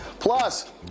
Plus